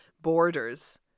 borders